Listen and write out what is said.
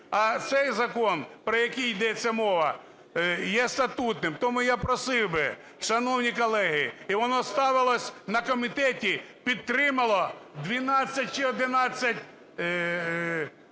а цей закон, про який йдеться мова, є статутним. Тому я просив би, шановні колеги, і воно ставилося на комітеті, підтримало 12 чи 11